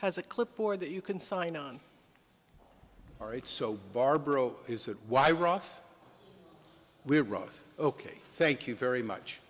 has a clipboard that you can sign on all right so barbara is that why ross we're both ok thank you very much